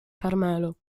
carmelo